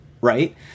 right